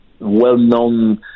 well-known